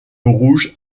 rouge